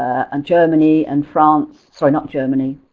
and germany, and france, sorry, not germany.